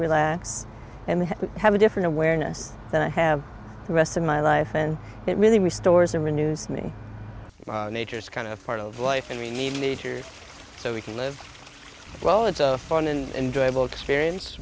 relax and have a different awareness than i have the rest of my life and it really restores and renews me nature's kind of part of life and we need nature so we can live well it's fun and enjoyable experience